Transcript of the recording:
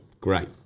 Great